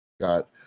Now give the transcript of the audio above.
got